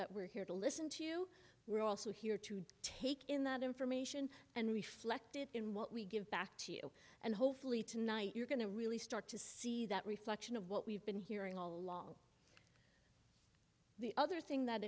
that we're here to listen to you we're also here to take in that information and reflected in what we give back to you and hopefully tonight you're going to really start to see that reflection of what we've been hearing all along the other thing that